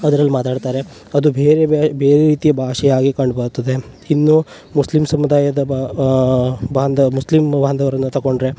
ಅದ್ರಲ್ಲಿ ಮಾತಾಡ್ತಾರೆ ಅದು ಬೇರೆ ಬೇರೆ ರೀತಿಯ ಭಾಷೆ ಆಗಿ ಕಂಡುಬರ್ತದೆ ಇನ್ನು ಮುಸ್ಲಿಮ್ ಸಮುದಾಯದ ಬ ಬಾಂದ ಮುಸ್ಲಿಮ್ ಬಾಂಧವರನ್ನ ತಕೊಂಡರೆ